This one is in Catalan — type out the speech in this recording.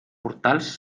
portals